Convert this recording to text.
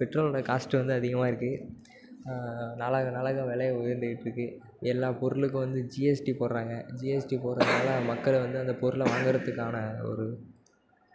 பெட்ரோலோடய cost வந்து அதிகமாக இருக்குது நாளாக நாளாக விலை உயர்ந்துக்கிட்டு இருக்குது எல்லா பொருளுக்கும் வந்து ஜிஎஸ்ட்டி போடுறாங்க ஜிஎஸ்ட்டி போடுறதுனால மக்களை வந்து அந்த பொருளை வாங்குகிறத்துக்கான ஒரு